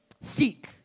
seek